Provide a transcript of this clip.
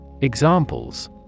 Examples